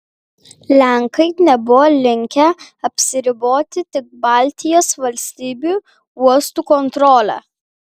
lenkai nebuvo linkę apsiriboti tik baltijos valstybių uostų kontrole